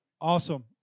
Awesome